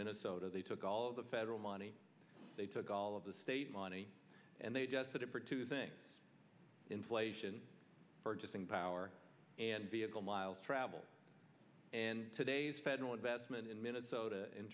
minnesota they took all the federal money they took all of the state money and they just did it for two things inflation purchasing power and vehicle miles traveled and today's federal investment in minnesota in